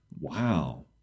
Wow